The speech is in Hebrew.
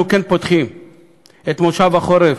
אנחנו כן פותחים את מושב החורף,